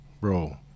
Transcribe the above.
Bro